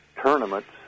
tournaments